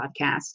podcast